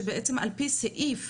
שבעצם ע"י סעיף